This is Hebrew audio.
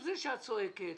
זה שאת צועקת